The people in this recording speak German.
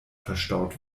verstaut